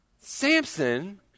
Samson